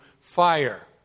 fire